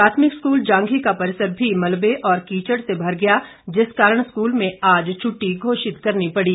प्राथमिक स्कूल जांधी का परिसर भी मलबे और कीचड़ से भर गया है जिस कारण स्कूल में आज छुट्टी घोषित करनी पड़ी